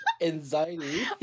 Anxiety